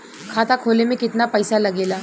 खाता खोले में कितना पईसा लगेला?